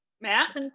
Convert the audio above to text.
matt